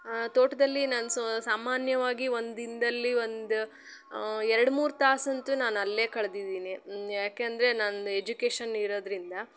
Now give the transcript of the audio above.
ತೋಟದಲ್ಲಿ ನಾನು ಸಾಮಾನ್ಯವಾಗಿ ಒಂದು ದಿನದಲ್ಲಿ ಒಂದು ಎರಡು ಮೂರು ತಾಸಂತೂ ನಾನು ಅಲ್ಲೇ ಕಳ್ದಿದ್ದೀನಿ ಯಾಕೆಂದರೆ ನನ್ನ ಎಜುಕೇಷನ್ ಇರೋದರಿಂದ